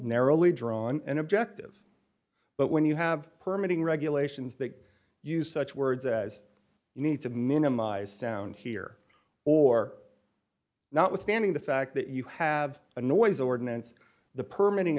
narrowly drawn and objective but when you have permit in regulations that use such words as you need to minimize sound here or not withstanding the fact that you have a noise ordinance the permit